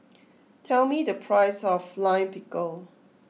tell me the price of Lime Pickle